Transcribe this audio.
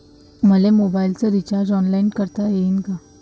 मले मोबाईलच recharge online करता येईन का?